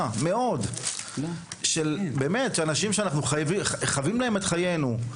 מאוד של אנשים שאנחנו חבים להם את חיינו.